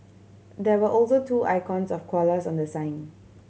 there were also two icons of koalas on the sign